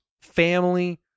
family